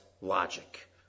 logic